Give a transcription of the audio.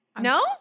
No